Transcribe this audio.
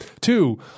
Two